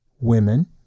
women